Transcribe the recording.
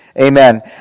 amen